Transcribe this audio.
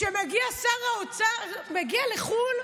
כשמגיע שר האוצר לחו"ל,